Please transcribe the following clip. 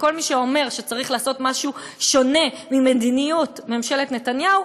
כל מי שאומר שצריך לעשות משהו שונה ממדיניות ממשלת נתניהו,